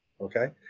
Okay